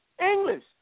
English